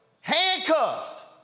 handcuffed